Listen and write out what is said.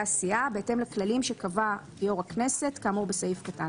הסיעה בהתאם לכללים שקבע יושב ראש הכנסת כאמור בסעיף קטן